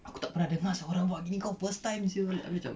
aku tak pernah dengar sia orang buat gini kau first time [siol] abeh macam